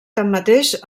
tanmateix